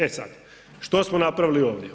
E sad, što smo napravili ovdje?